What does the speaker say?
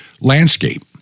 landscape